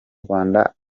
rwanda